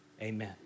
amen